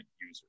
user